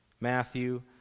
Matthew